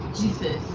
Jesus